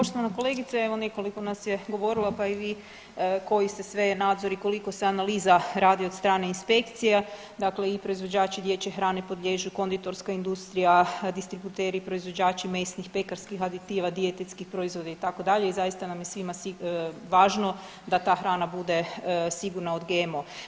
Poštovana kolegice, evo nekoliko nas je govorilo pa i vi koji se sve nadzori, koliko se analiza radi od strane inspekcija, dakle i proizvođači dječje hrane podliježu konditorska industrija, distributeri, proizvođači mesnih, pekarskih aditiva, dijetetskih proizvoda itd. i zaista nam je svima važno da ta hrana bude sigurna od GMO.